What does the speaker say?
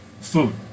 food